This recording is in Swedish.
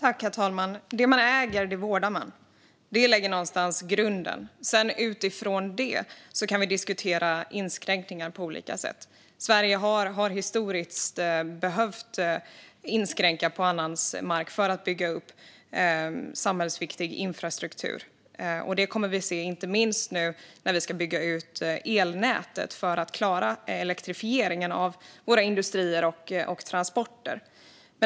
Herr talman! Det man äger, det vårdar man. Detta lägger någonstans grunden. Utifrån detta kan vi sedan diskutera inskränkningar på olika sätt. Sverige har historiskt behövt inskränka markägares rätt för att kunna bygga upp samhällsviktig infrastruktur. Detta kommer vi att få se igen, inte minst nu när vi ska bygga ut elnätet för att klara elektrifieringen av våra industrier och transporter.